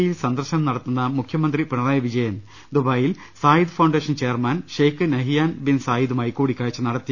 E യിൽ സന്ദർശനം നടത്തുന്ന മുഖൃമന്ത്രി പിണറായി വിജയൻ ദുബായിൽ Zayed foundation chairman Sheikh Nahyan bin സായിദുമായി കൂടിക്കാഴ്ച നടത്തി